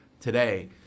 today